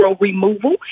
removal